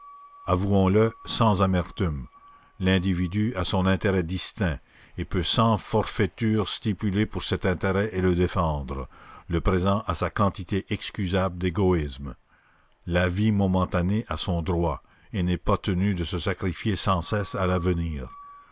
avouons-le sans amertume l'individu a son intérêt distinct et peut sans forfaiture stipuler pour cet intérêt et le défendre le présent a sa quantité excusable d'égoïsme la vie momentanée a son droit et n'est pas tenue de se sacrifier sans cesse à l'avenir